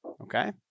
Okay